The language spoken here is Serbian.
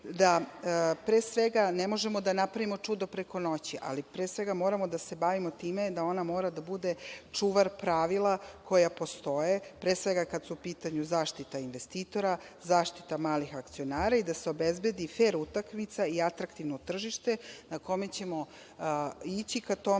Da pre svega ne možemo da napravimo čudo preko noći, ali pre svega moramo da se bavimo time da ona mora da bude čuvar pravila koja postoje, pre svega kada su u pitanju zaštita investitora, zaštita malih akcionara i da se obezbedi fer utakmica i atraktivno tržište na kome ćemo ići ka tome